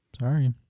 sorry